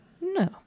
no